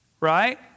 right